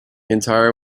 entire